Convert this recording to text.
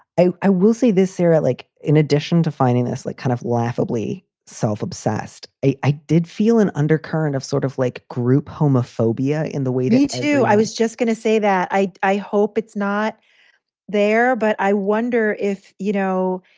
i i will see this area like in addition to finding this like kind of laughably self obsessed. i did feel an undercurrent of sort of like group homophobia in the waiting to do i was just going to say that i i hope it's not there, but i wonder if, you know,